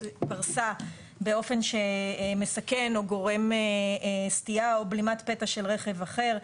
פרסה באופן שמסכן או גורם סטייה או בלימת פתע של רכב אחר,